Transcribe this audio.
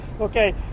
okay